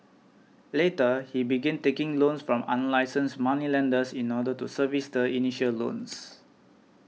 later he began taking loans from unlicensed moneylenders in order to service the initial loans